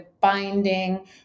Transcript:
binding